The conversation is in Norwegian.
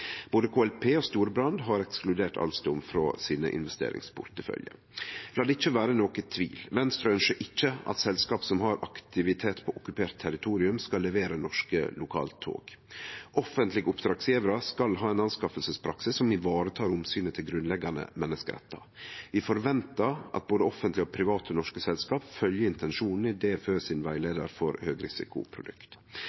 Både KLP og Storebrand har ekskludert Alstom frå sine investeringsporteføljar. La det ikkje vere nokon tvil: Venstre ønsker ikkje at selskap som har aktivitet på okkupert territorium, skal levere norske lokaltog. Offentlege oppdragsgjevarar skal ha ein anskaffingspraksis som varetek omsynet til grunnleggande menneskerettar. Vi forventar at både offentlege og private norske selskap følgjer intensjonen i DFØ sin